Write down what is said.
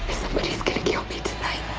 gonna kill me tonight.